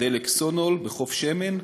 "דלק" ו"סונול" בחוף שמן,